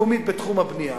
לתוכנית לאומית בתחום הבנייה,